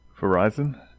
Verizon